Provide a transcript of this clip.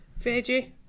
veggie